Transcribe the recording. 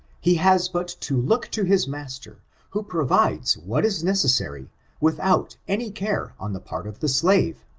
he has but to look to his master who provides what is necessary with out any care on the part of the slave.